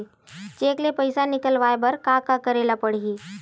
Cheque ले पईसा निकलवाय बर का का करे ल पड़हि?